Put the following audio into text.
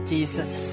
Jesus